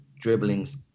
dribblings